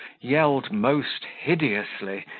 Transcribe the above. yelled most hideously,